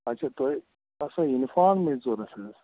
اچھا تُہۍ آسا یوٗنِفامٕے ضروٗرت حظ